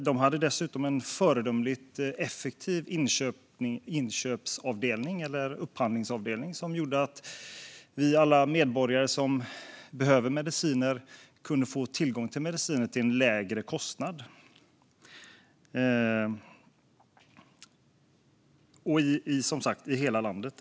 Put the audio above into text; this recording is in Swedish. De hade dessutom en föredömligt effektiv inköpsavdelning eller upphandlingsavdelning som gjorde att alla vi medborgare som behövde mediciner kunde få tillgång till mediciner till en lägre kostnad, dessutom i hela landet.